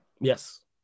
Yes